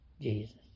Jesus